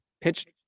pitched